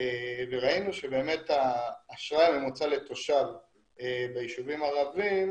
וראינו שבאמת האשראי הממוצע לתושב ביישובים הערביים